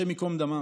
השם ייקום דמם.